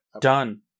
done